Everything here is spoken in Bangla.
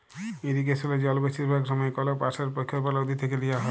ইরিগেসলে জল বেশিরভাগ সময়ই কল পাশের পখ্ইর বা লদী থ্যাইকে লিয়া হ্যয়